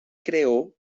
creó